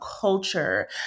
culture